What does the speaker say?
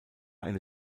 eine